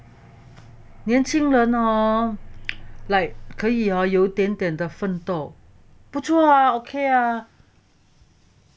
年轻人 hor like 可以有点点的奋斗不错啊 okay ah